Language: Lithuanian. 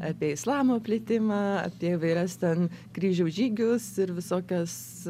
apie islamo plitimą apie įvairias ten kryžiaus žygius ir visokias